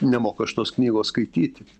nemoka šitos knygos skaityti